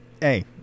Hey